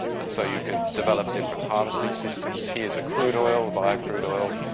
and so you can develop different harvesting systems. here's a crude oil, a bio-crude oil,